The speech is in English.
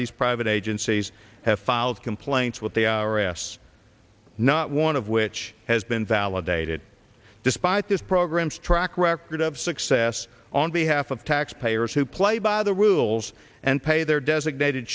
these private agencies have filed complaints with the i r s not one of which has been validated despite this program's track record of success on behalf of taxpayers who play by the rules and pay their designated